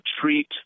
treat